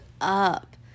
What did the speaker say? up